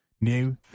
New